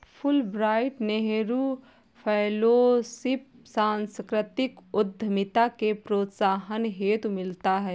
Fulbright Nehru fellowship सांस्कृतिक उद्यमिता के प्रोत्साहन हेतु मिलता है